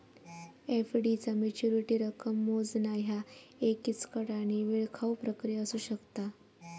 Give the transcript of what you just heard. FD चा maturity रक्कम मोजणा ह्या एक किचकट आणि वेळखाऊ प्रक्रिया असू शकता